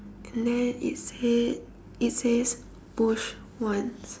and then it said it says push once